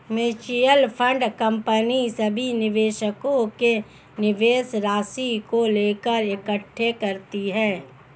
mutual fund company सभी निवेशकों के निवेश राशि को लेकर इकट्ठे करती है